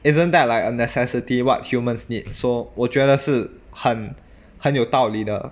isn't that like a necessity [what] humans need so 我觉得是很很有道理的